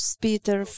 Peter